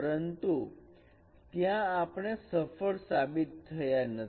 પરંતુ ત્યાં આપણે સફળ સાબિત થયા નથી